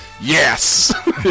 yes